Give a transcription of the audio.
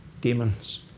demons